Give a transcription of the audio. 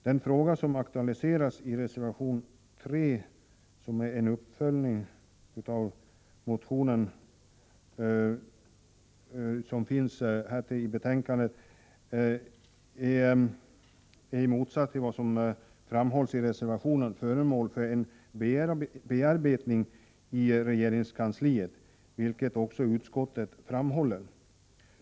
Den fråga som aktualiseras i reservation 3, som är en uppföljning av en motion, är, i motsats till vad som framhålls i reservationen, föremål för bearbetning i regeringskansliet, vilket också utskottet framhåller.